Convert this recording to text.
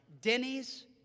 Denny's